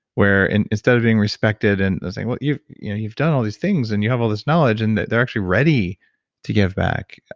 where and instead of being respected and, they're saying, well, you've you know you've done all these things and you have all this knowledge, and they're actually ready to give back,